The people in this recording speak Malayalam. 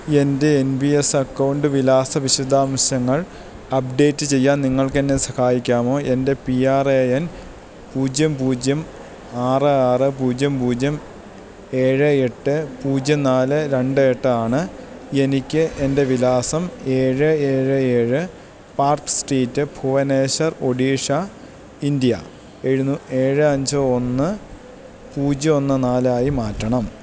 എൻ്റെ എൻ പി എസ് അക്കൗണ്ട് വിലാസ വിശദാംശങ്ങൾ അപ്ഡേറ്റ് ചെയ്യാൻ നിങ്ങൾക്കെന്നെ സഹായിക്കാമോ എൻ്റെ പി ആർ എ എൻ പൂജ്യം പൂജ്യം ആറ് ആറ് പൂജ്യം പൂജ്യം ഏഴ് എട്ട് പൂജ്യം നാല് രണ്ട് എട്ടാണ് എനിക്ക് എൻ്റെ വിലാസം ഏഴ് ഏഴ് ഏഴ് park street Bhubaneswar Odisha India ഏഴ് അഞ്ച് ഒന്ന് പൂജ്യം ഒന്ന് നാലായി മാറ്റണം